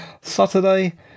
Saturday